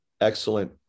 excellent